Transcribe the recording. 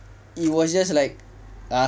it was just like ah